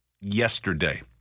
yesterday